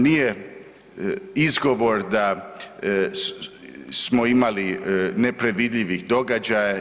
Nije izgovor da smo imali nepredvidivih događaja.